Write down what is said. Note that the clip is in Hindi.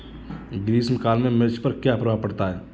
ग्रीष्म काल में मिर्च पर क्या प्रभाव पड़ता है?